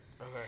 Okay